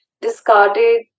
discarded